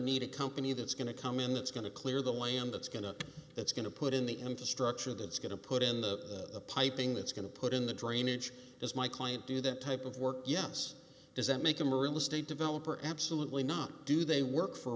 need a company that's going to come in that's going to clear the land that's going to it's going to put in the infrastructure that's going to put in the piping that's going to put in the drainage is my client do that type of work yes does that make them real estate developer absolutely not do they work for